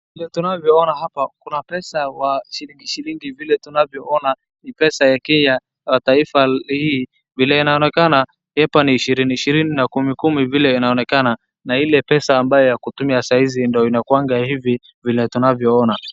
Vile tunavyoona hapa kuna pesa ya shilingi shilingi, vile tunavyoona ni pesa ya kenya ya taifa hii, vile inaonekana hapa ni ishirini ishirini na kumi kumi vile inaonekana na ile pesa ambayo ya kutumia sahizi ndo inakuanga hivi vile tunavyoona.